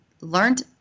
learned